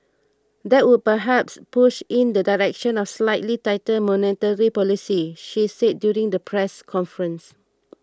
that would perhaps push in the direction of slightly tighter monetary policy she said during the press conference